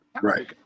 Right